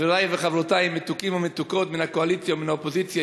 חברי וחברותי המתוקים והמתוקות מן הקואליציה ומן האופוזיציה,